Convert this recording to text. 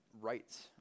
Rights